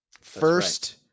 first